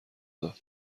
داد